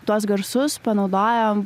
tuos garsus panaudojam